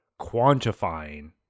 quantifying